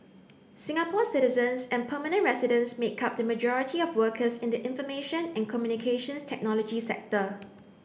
Singapore citizens and permanent residents make up the majority of workers in the information and Communications Technology sector